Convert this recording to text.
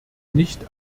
nicht